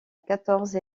quatorze